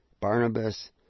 Barnabas